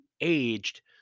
aged